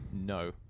No